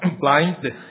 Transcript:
blind